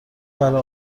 برا